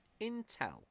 intel